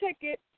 ticket